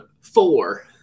four